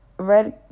Red